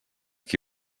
qui